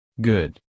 Good